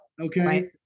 okay